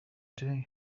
doing